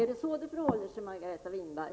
Är det så det förhåller sig, Margareta Winberg?